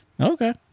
Okay